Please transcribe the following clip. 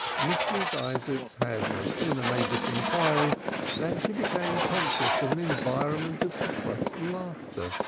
mrs. isaacs had no sooner made this inquiry than she became conscious of an environment of suppressed laughter